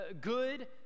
good